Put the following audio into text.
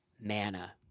manna